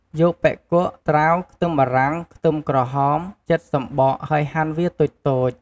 យកបុិកួៈ ត្រាវ ខ្ទឹមបារាំង ខ្ទឹមក្រហម ចិតសំបកហើយហាន់វាតូចៗ។